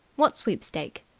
what sweepstake?